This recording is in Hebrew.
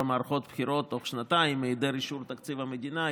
מערכות בחירות בתוך שנתיים והיעדר אישור תקציב המדינה.